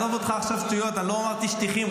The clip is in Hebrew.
אני לא אמרתי שטיחים.